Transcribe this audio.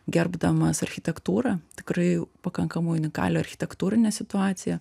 gerbdamas architektūrą tikrai pakankamai unikalią architektūrinę situaciją